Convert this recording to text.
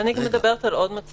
אני גם מדברת על עוד מצבים.